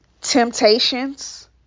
Temptations